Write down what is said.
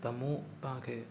त मूं तव्हांखे